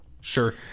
Sure